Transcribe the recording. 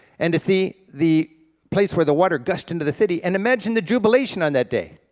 and to see the place where the water gushed into the city, and imagine the jubilation on that day,